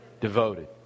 Devoted